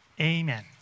amen